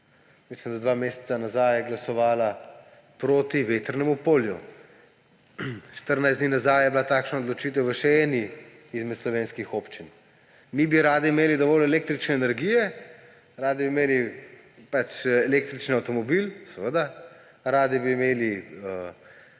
mislim da, dva meseca nazaj glasovala proti vetrnemu polju. 14 dni nazaj je bila takšna odločitev v še eni izmed slovenskih občin. Mi bi radi imeli dovolj električne energije, radi bi imeli električni avtomobil, seveda, radi bi imeli